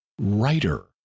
writer